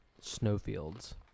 Snowfields